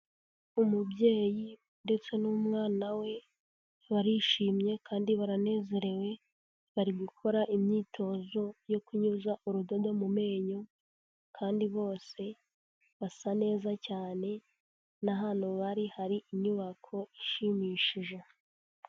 Umubyeyi ndetse n'umwana we, barishimye, kandi baranezerewe, bari gukora imyitozo, yo kunyuza urudodo mu menyo, kandi bose, basa neza cyane, n'ahantu bari hari inyubako ishimishije.